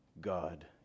God